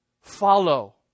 Follow